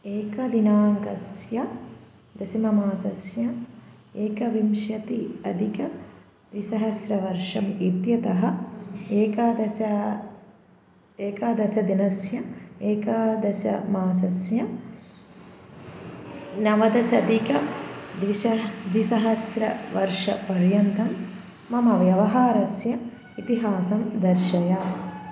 एकदिनाङ्कस्य दशममासस्य एकविंशति अधिकद्विसहस्रवर्षम् इत्यतः एकादश एकादशदिनस्य एकादशमासस्य नवदशाधिकद्विसह् द्विसहस्रवर्षपर्यन्तं मम व्यवहारस्य इतिहासं दर्शय